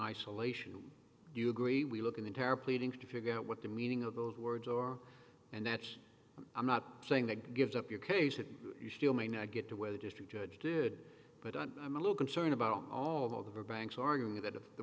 isolation you agree we look in the tower pleading to figure out what the meaning of those words or and that's i'm not saying that gives up your case it still may not get to where the district judge did but i'm a little concerned about all of the banks arguing that if the